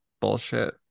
Bullshit